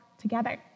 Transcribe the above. together